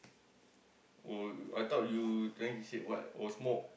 oh I thought you trying to say what oh smoke